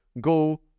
go